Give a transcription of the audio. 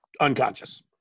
unconscious